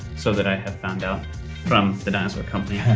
so that i have found out from the dinosaur company.